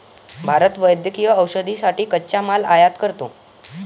भारत वैद्यकीय औषधांसाठी कच्चा माल आयात करतो